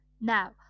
Now